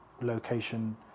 location